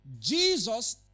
Jesus